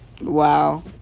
Wow